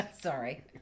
Sorry